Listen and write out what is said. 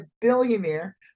billionaire